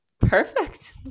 Perfect